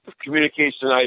communication